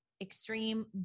extreme